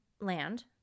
land